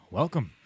welcome